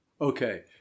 Okay